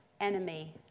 enemy